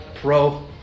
Pro